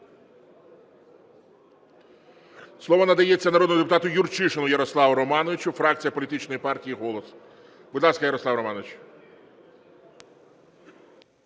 Слово надається народному депутату Юрчишину Ярославу Романовичу, фракція політичної партії "Голос". Будь ласка, Ярослав Романович.